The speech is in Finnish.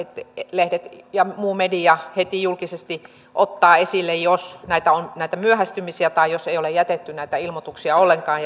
lehdet ja muu media heti julkisesti ottavat esille jos on näitä myöhästymisiä tai jos ei ole jätetty näitä ilmoituksia ollenkaan